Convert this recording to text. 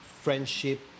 friendship